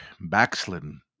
backslidden